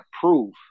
proof